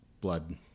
blood